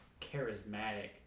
charismatic